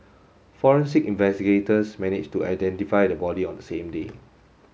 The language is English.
forensic investigators managed to identify the body on the same day